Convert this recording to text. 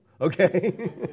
okay